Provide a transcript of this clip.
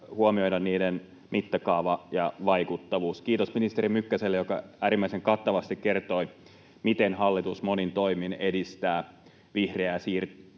huomioida niiden mittakaava ja vaikuttavuus. Kiitos ministeri Mykkäselle, joka äärimmäisen kattavasti kertoi, miten hallitus monin toimin edistää vihreää siirtymää